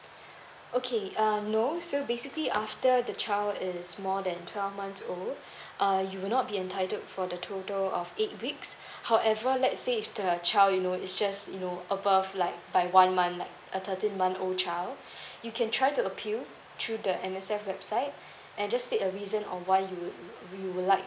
okay um no so basically after the child is more than twelve months old uh you will not be entitled for the total of eight weeks however let's say if the child you know is just you know above like by one month like a thirteen month old child you can try to appeal through the M_S_F website and just state a reason on why you you you would like